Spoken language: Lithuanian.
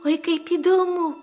oi kaip įdomu